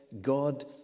God